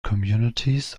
communities